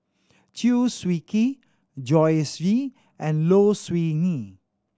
Chew Swee Kee Joyce Jue and Low Siew Nghee